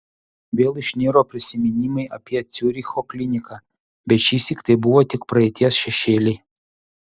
vėl išniro prisiminimai apie ciuricho kliniką bet šįsyk tai buvo tik praeities šešėliai